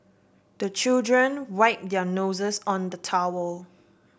the children wipe their noses on the towel